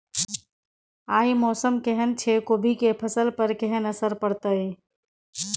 आय मौसम केहन छै कोबी के फसल पर केहन असर परतै?